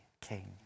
King